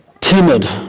timid